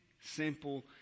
simple